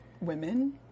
women